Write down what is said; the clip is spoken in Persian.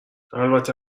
البته